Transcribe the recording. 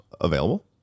available